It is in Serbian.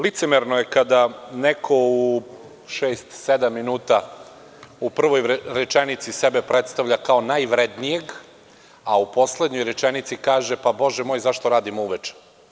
Licemerno je kada neko u šest, sedam minuta u prvoj rečenici sebe predstavlja kao najvrednijeg, a u poslednjoj rečenici kaže – pa Bože moj, zašto radim uveče.